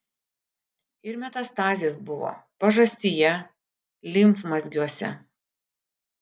ir metastazės buvo pažastyje limfmazgiuose